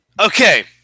okay